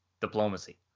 diplomacy